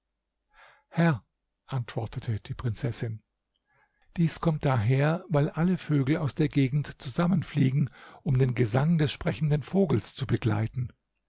herr antwortete die prinzessin dies kommt daher weil alle vögel aus der gegend zusammen fliegen um den gesang des sprechenden vogels zu begleiten